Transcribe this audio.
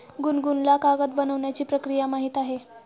गुनगुनला कागद बनवण्याची प्रक्रिया माहीत आहे